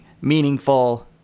meaningful